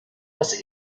das